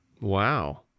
Wow